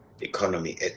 economy